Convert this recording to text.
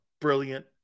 brilliant